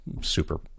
super